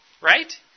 right